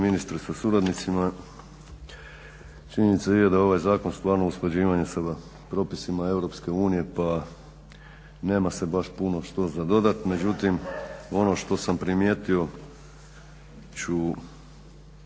ministre sa suradnicima, činjenica je da je ovaj zakon stvarno usklađivanje sa propisima EU pa nema se baš puno što za dodati, međutim ono što sam primijetio ću